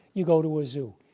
you go to a zoo.